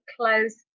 close